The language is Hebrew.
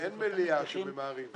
מליאה שממהרים אליה.